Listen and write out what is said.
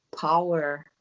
power